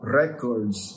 records